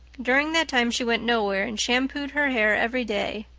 during that time she went nowhere and shampooed her hair every day.